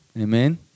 Amen